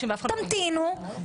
תמתינו,